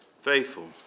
faithful